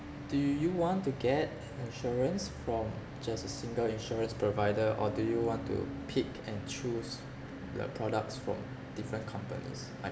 do you want to get insurance from just a single insurance provider or do you want to pick and choose the products from different companies